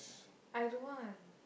I don't want